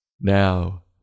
Now